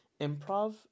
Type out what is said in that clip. improv